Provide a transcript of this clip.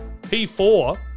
P4